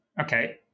okay